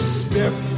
step